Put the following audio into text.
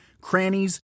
crannies